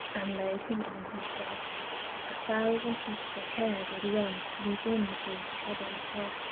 and laid him on his bed a thousand heapes of care did runne within his troubled head.